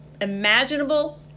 imaginable